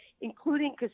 including